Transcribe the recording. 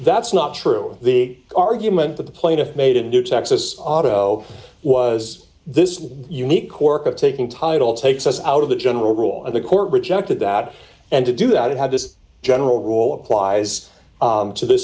that's not true the argument that the plaintiff made in new texas auto was this unique quirk of taking title takes us out of the general rule and the court rejected that and to do that it had this general rule applies to th